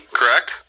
correct